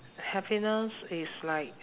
happiness is like